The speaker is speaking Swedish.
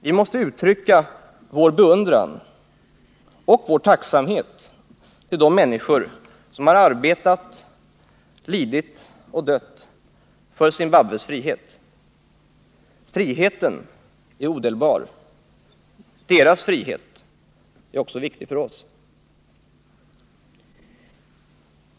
Vi måste uttrycka vår beundran för och vår tacksamhet till de människor som har arbetat, lidit och dött för Zimbabwes frihet. Friheten är odelbar, och Zimbabwes frihet är viktig också för oss.